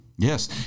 Yes